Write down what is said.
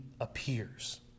appears